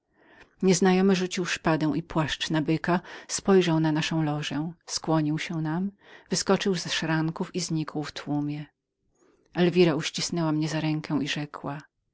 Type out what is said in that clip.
nieznajomy rzucił szpadę i płaszcz na byka spojrzał na naszą lożę skłonił się nam wyskoczył ze szranków i znikł w tłumie elwira uścisnęła mnie za rękę i rzekła